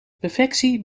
perfectie